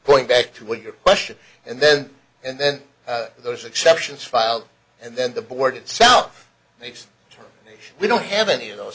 point back to a good question and then and then those exceptions filed and then the board itself makes we don't have any of those